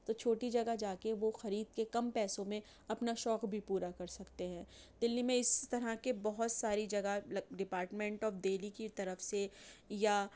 تو چھوٹی جگہ جا کے وہ خرید کے کم پیسوں میں اپنا شوق بھی پورا کر سکتے ہیں دلّی میں اس طرح کے بہت ساری جگہ لگ ڈپارٹمینٹ آف دہلی کی طرف سے یا